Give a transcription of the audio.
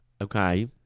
Okay